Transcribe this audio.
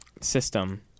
system